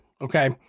Okay